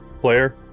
player